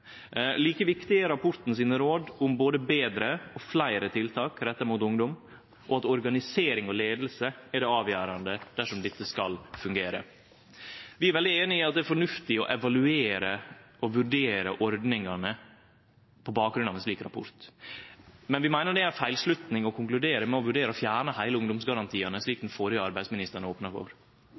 Like viktig er rapporten sine råd om både betre og fleire tiltak retta mot ungdom, og at organisering og leiing er det avgjerande dersom dette skal fungere. Vi er veldig einige i at det er fornuftig å evaluere og vurdere ordningane på bakgrunn av ein slik rapport. Men vi meiner det er ei feilslutning å konkludere med å vurdere å fjerne heile ungdomsgarantiordninga, slik den førre arbeidsministeren opna for.